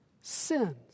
sins